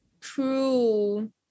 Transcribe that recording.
true